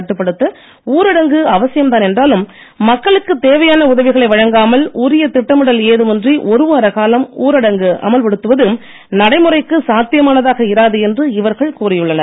கட்டுப்படுத்த ஊரடங்கு அவசியம்தான் என்றாலும் மக்களுக்குத் தேவையான உதவிகளை வழங்காமல் உரிய திட்டமிடல் ஏதும் இன்றி ஒரு வார காலம் ஊரடங்கு அமல்படுத்துவது நடைமுறைக்கு சாத்தியமானதாக இராது என்று இவர்கள் கூறியுள்ளனர்